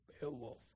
Beowulf